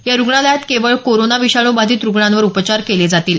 या रुग्णालयांत केवळ कोरोना विषाणूबाधित रुग्णांवर उपचार केले जातील